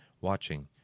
watching